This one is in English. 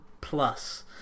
plus